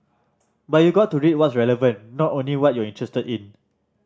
but you got to read what's relevant not only what you're interested in